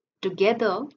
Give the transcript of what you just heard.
Together